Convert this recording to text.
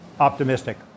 optimistic